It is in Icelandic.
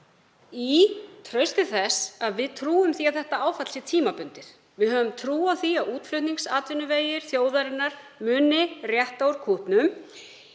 í trausti þess að þetta áfall sé tímabundið. Við höfum trú á því að útflutningsatvinnuvegir þjóðarinnar muni rétta úr kútnum.